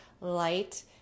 light